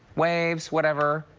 waves, whatever.